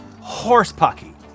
horse-pucky